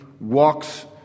walks